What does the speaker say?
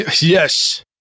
Yes